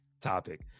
topic